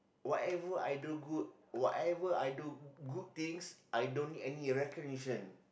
whatever I do good whatever I do good things I don't need any recognition